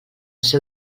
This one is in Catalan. seu